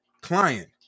client